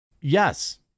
Yes